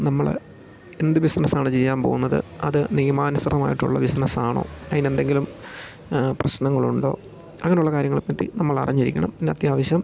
നമ്മൾ എന്ത് ബിസിനസ്സാണ് ചെയ്യാൻ പോവുന്നത് അത് നിയമാനസൃതമായിട്ടുള്ള ബിസിനസാണോ അതിന് എന്തെങ്കിലും പ്രശ്നങ്ങളുണ്ടോ അങ്ങനുള്ള കാര്യങ്ങളെപ്പറ്റി നമ്മൾ അറിഞ്ഞിരിക്കണം പിന്നെ അത്യാവശ്യം